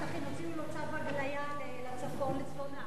הוציאו לו צו הגליה לצפון הארץ.